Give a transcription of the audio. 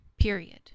period